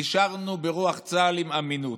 נשארנו ברוח צה"ל עם אמינות.